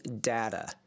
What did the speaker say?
data